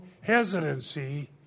hesitancy